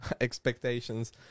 expectations